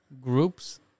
groups